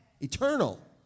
eternal